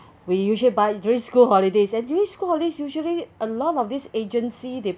we usually buy during school holidays during school holidays usually a lot of this agency they